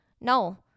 no